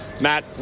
Matt